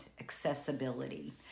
accessibility